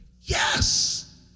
Yes